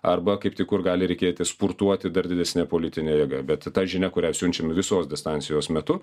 arba kaip tik kur gali reikėti sportuoti dar didesne politine jėga bet ta žinia kurią siunčiame visos distancijos metu